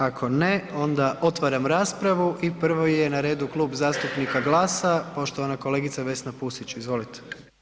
Ako ne, onda otvaram raspravu i prvi je na redu Klub zastupnika GLAS-a, poštovana kolegica Vesna Pusić, izvolite.